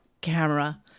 camera